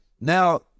Now